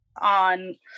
on